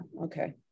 Okay